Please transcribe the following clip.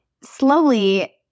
slowly